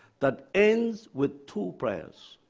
that ends with two prayers.